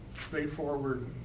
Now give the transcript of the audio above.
straightforward